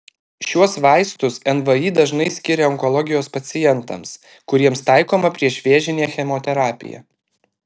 šiuos vaistus nvi dažnai skiria onkologijos pacientams kuriems taikoma priešvėžinė chemoterapija